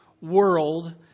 world